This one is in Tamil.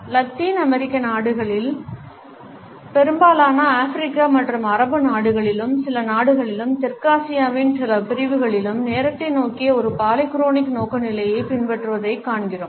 லத்தீன் அமெரிக்க நாடுகளில் பெரும்பாலான ஆப்பிரிக்க மற்றும் அரபு நாடுகளிலும் சில நாடுகளிலும் தெற்காசியாவின் சில பிரிவுகளிலும் நேரத்தை நோக்கிய ஒரு பாலிக்ரோனிக் நோக்குநிலை பின்பற்றப்படுவதைக் காண்கிறோம்